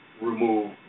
remove